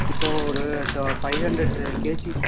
இப்போது ஒரு two five hundred KG